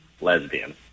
lesbian